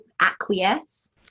acquiesce